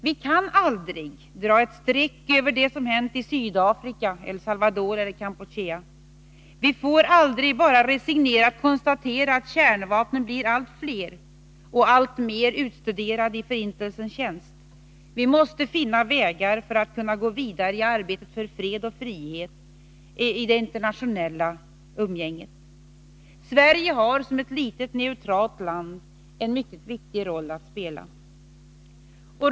Vi kan aldrig dra ett streck över det som hänt i Sydafrika, El Salvador eller Kampuchea. Vi får aldrig bara resignerat konstatera att kärnvapnen blir allt fler och alltmer utstuderade i förintelsens tjänst. Vi måste finna vägar för att kunna gå vidare i arbetet för fred och frihet i det internationella umgänget. Sverige har som ett litet neutralt land en mycket viktig roll att spela.